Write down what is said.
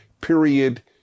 Period